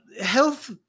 health